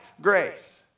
grace